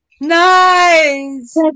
Nice